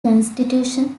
constitution